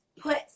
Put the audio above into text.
put